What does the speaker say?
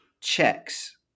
checks